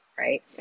Right